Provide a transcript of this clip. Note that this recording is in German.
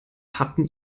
hatten